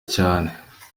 cyane